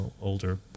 older